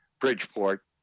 Bridgeport